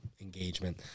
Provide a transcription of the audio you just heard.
engagement